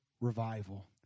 revival